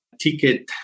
ticket